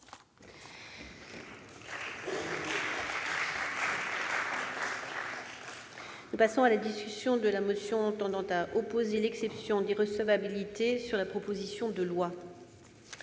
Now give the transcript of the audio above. Nous passons à la discussion de la motion tendant à opposer l'exception d'irrecevabilité sur la proposition de loi.